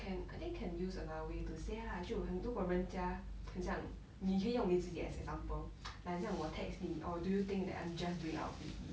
真的 requires time to break it lor can can I think can use another way to say lah 就很如果人家很像你可以用你自己 as example like 很想我 text 你 orh do you think I'm just doing out of duty